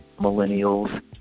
millennials